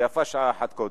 ויפה שעה אחת קודם.